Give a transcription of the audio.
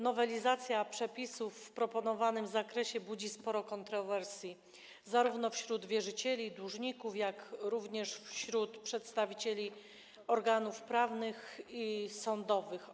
Nowelizacja przepisów w proponowanym zakresie budzi sporo kontrowersji zarówno wśród wierzycieli, dłużników, jak i wśród przedstawicieli organów prawnych i sądowych.